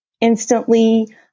instantly